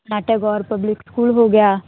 ਤੇ ਆਪਣਾ Tagore public school ਹੋ ਗਿਆ